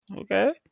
Okay